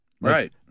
Right